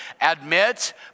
Admit